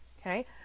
okay